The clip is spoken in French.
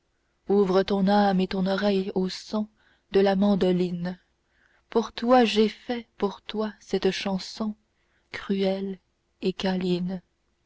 ouvre ton âme et ton oreille au son de la mandoline pour toi j'ai fait pour toi cette chanson cruelle et câline